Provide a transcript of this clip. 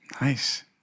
nice